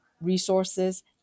resources